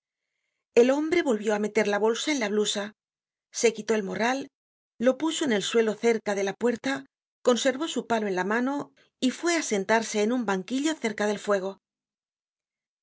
el hombre volvió á meter la bolsa en la blusa se quitó el morral lo puso en el sdelo cerca de la puerta conservó su palo en la mano y fué á sentarse en un banquillo cerca del fuego